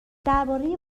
درباره